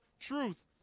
truth